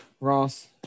Ross